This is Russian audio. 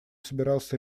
собирался